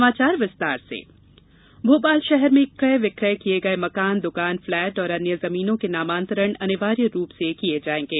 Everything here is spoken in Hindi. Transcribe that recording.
समीक्षा बैठक भोपाल शहर में कय विकय किये गये मकान द्वकान फ्लैट और अन्य जमीनों के नामान्तरण अनिवार्य रूप से किये जाएंगे